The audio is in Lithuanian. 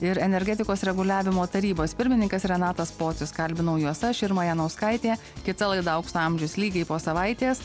ir energetikos reguliavimo tarybos pirmininkas renatas pocius kalbinau juos aš irma janauskaitė kita laida aukso amžius lygiai po savaitės